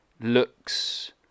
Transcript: looks